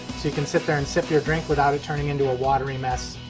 so you can sit there and sip your drink, without it turning into a watery mess.